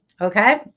Okay